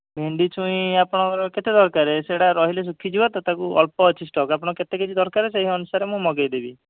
ଭେଣ୍ଡି ଛୁଇଁ ଆପଣଙ୍କର କେତେ ଦରକାରେ ସେଗୁଡ଼ା ରହିଲେ ଶୁଖିଯିବ ତ ତାକୁ ଅଳ୍ପ ଅଛି ଷ୍ଟକ୍ ଆପଣଙ୍କ କେତେ କେ ଜି ଦରକାର ସେହି ଅନୁସାରେ ମୁଁ ମଗାଇଦେବି